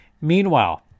Meanwhile